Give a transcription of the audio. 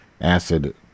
acid